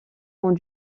ont